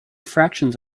fractions